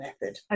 method